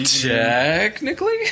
Technically